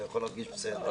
אתה יכול להרגיש בסדר.